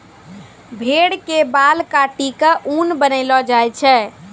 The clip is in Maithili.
भेड़ के बाल काटी क ऊन बनैलो जाय छै